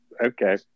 Okay